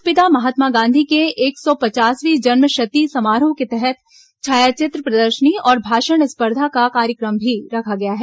राष्ट्रपिता महात्मा गांधी की एक सौ पचासवीं जन्मशती समारोह के तहत छायाचित्र प्रदर्शनी और भाषण स्पर्धा का कार्यक्रम भी रखा गया है